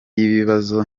y’ibibazo